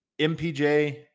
MPJ